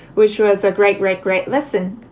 which was a great, great, great lesson.